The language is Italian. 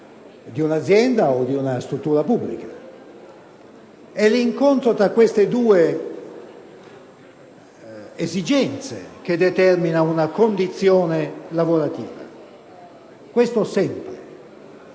di un'azienda o di una struttura pubblica. È sempre l'incontro tra queste due esigenze che determina una condizione lavorativa. Ora si